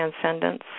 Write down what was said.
transcendence